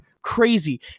crazy